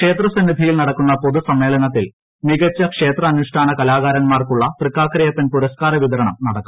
ക്ഷിത്ര സന്നിധിയിൽ നടക്കുന്ന പൊതു സമ്മേളന ത്തിൽ മികച്ച ക്ഷേത്രഅ്നുഷ്ഠാന കലാകാരന്മാർക്കുള്ള തൃക്കാക്ക രയപ്പൻ പുരസ്കാര വിതരണം നടക്കും